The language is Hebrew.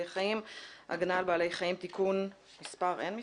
חיים (הגנה על בעלי חיים) (תיקון מס' 11)